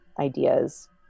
ideas